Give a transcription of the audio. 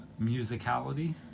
musicality